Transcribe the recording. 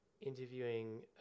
interviewing